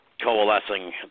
coalescing